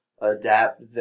adapt